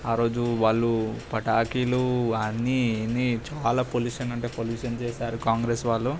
ఆ రోజు వాళ్ళు పటాకీలు అన్నీ ఎన్నీ చాలా పొల్యూషన్ అంటే పొల్యూషన్ చేసారు కాంగ్రెస్ వాళ్ళు